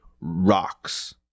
rocks